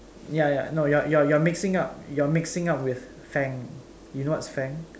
ya ya no you're you're mixing up you're mixing up with Faang you know what's Faang